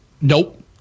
Nope